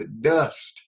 dust